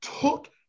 took